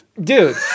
dude